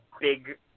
big